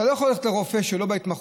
אתה לא יכול ללכת לרופא שהוא לא בהתמחות,